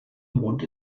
mond